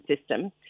system